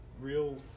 real